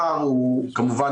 ממשיכים את הדיון מהשבוע שעבר,